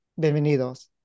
bienvenidos